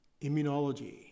Immunology